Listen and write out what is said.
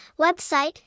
website